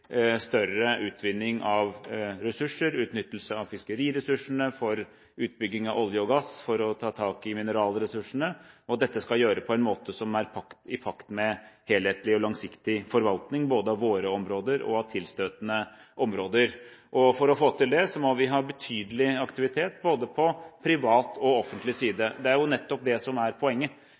større utvinning av ressurser – utnyttelse av fiskeriressursene, utbygging av olje og gass og ta tak i mineralressursene. Dette skal vi gjøre på en måte som er i pakt med en helhetlig og langsiktig forvaltning, både av våre områder og av tilstøtende områder. For å få til det må vi ha betydelig aktivitet på både privat og offentlig side. Det var jo nettopp det som var poenget